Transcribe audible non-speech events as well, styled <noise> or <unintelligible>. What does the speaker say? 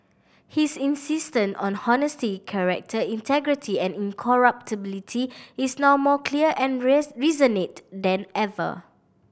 his insistence on honesty character integrity and incorruptibility is now more clear and <unintelligible> resonant than ever